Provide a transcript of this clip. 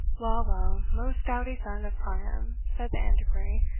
well, well, most doughty son of priam, said the antiquary,